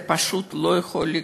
זה פשוט לא יכול לקרות.